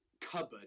cupboard